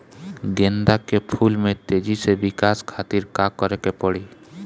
गेंदा के फूल में तेजी से विकास खातिर का करे के पड़ी?